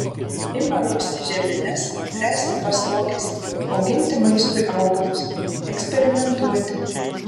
ima rausti žemines ręsti pastoges auginti maistui augalus eksperimentuoti